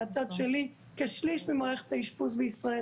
מהצד שלי - כשליש ממערכת האשפוז בישראל